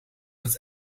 het